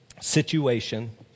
situation